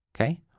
okay